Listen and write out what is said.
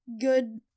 good